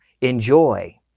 enjoy